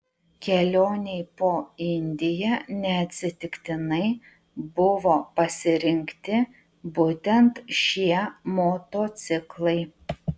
kelionei po indiją neatsitiktinai buvo pasirinkti būtent šie motociklai